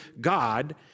God